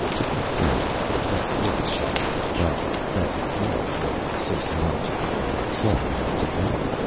to be fair about it, that was shotwell's job. that was what the sociology people had sent him out to do.